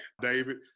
David